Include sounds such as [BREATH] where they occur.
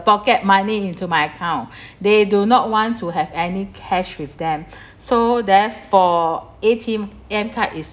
pocket money into my account [BREATH] they do not want to have any cash with them [BREATH] so therefore A_T_M card is